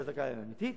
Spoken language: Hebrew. והזעקה היא אמיתית.